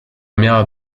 miała